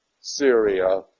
Syria